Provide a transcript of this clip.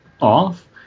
off